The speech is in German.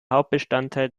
hauptbestandteil